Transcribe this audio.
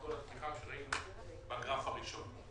את כל הפתיחה שראינו בגרף הראשון.